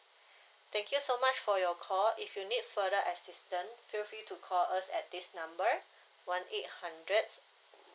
thank you so much for your call if you need further assistance feel free to call us at this number one eight hundred